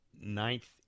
ninth